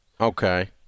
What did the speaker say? Okay